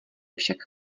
však